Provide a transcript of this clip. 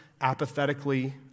apathetically